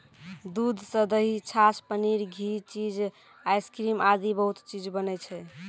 दूध सॅ दही, छाछ, पनीर, घी, चीज, आइसक्रीम आदि बहुत चीज बनै छै